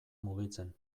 mugitzen